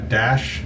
dash